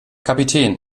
kapitän